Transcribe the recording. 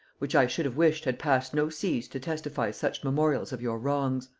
which i should have wished had passed no seas to testify such memorials of your wrongs.